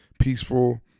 peaceful